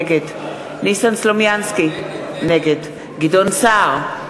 נגד ניסן סלומינסקי, נגד גדעון סער,